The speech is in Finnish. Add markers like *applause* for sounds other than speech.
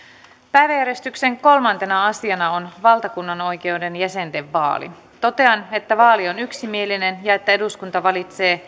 päiväjärjestyksen kolmantena asiana on valtakunnanoikeuden jäsenten vaali totean että vaali on yksimielinen ja että eduskunta valitsee *unintelligible*